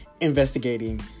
investigating